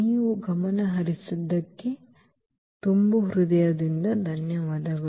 ನೀವು ಗಮನಹರಿಸಿದ್ದಕ್ಕಾಗಿ ಧನ್ಯವಾದಗಳು